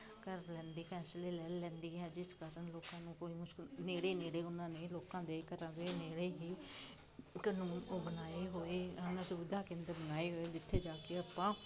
ਕਰ ਲੈਂਦੀ ਫੈਸਲੇ ਲੈ ਲੈਂਦੀ ਹੈ ਜਿਸ ਕਾਰਨ ਲੋਕਾਂ ਨੂੰ ਕੋਈ ਮੁਸ਼ਕਲ ਨੇੜੇ ਨੇੜੇ ਉਹਨਾਂ ਨੇ ਲੋਕਾਂ ਦੇ ਘਰਾਂ ਦੇ ਨੇੜੇ ਹੀ ਕਾਨੂੰਨ ਉਹ ਬਣਾਏ ਹੋਏ ਹਨ ਸੁਵਿਧਾ ਕੇਂਦਰ ਬਣਾਏ ਹੋਏ ਜਿੱਥੇ ਜਾ ਕੇ ਆਪਾਂ